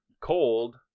cold